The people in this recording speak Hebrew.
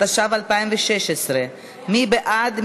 התשע"ו 2016. מי בעד?